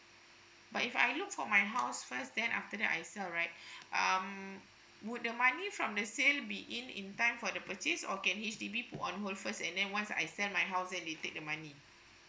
but if I look for my house first then after that I sell right um would the money from the sale be in in time for the purchase or can H_D_B put on hold first and then once I sell my house and they take the money